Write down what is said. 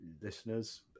listeners